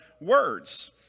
words